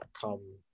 come